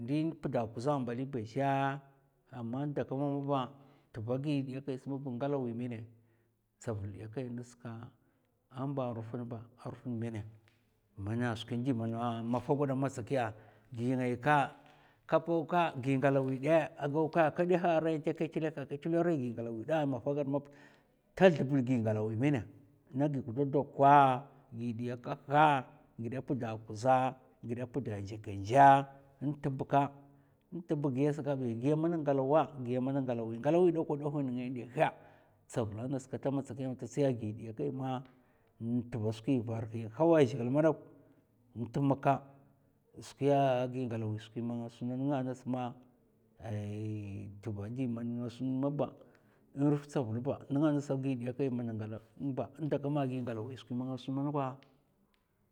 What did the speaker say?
Ndin pda kuza mbli ba zhè, amma ndaka nan maba, tva gi diyakai sa maɓ ngalawi mɓnè tsavul diyakai ngasa ka amba ruf nba a ruf nmènè mana skwin ndi mana mafa gwada a matsakiya gi ngay ka, ka pau kɓ? Gi ngalawi dè a gau kè, ka ndèhè ran ta ka tlè ka, ka tlè ra gi ngalawi da a mafa ghad mab, ta zlab gi ngalawi mèn na klokokur, gi diya kaha, nghidè pda kuza nghida pda nzèkènzèk nt ntbka, ntba gayi sa kabi, giya mana ngalawa giya mana ngalawi, ngalawi a ndèhwa nènga ndèhu tsaval ngati sa kat man ta tsiya a gi diyakai ma tva skwi varhi n hawa zhègil madauk ntmaka, skwiya gi ngalawi man nga sun manok nènga ngas ma ai tva ndi man nga sun maba in ruf tsavl ba nènga ngasa gi diyakai mana ngalaw ndaka ma gi ngalawi skwi man nga sun manakwa,